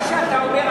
מה שאתה אומר,